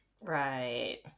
Right